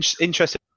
interesting